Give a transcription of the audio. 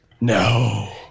No